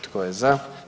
Tko je za?